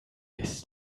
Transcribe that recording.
bis